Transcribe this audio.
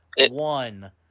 one